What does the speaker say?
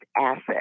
asset